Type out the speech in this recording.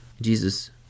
Jesus